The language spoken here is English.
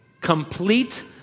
Complete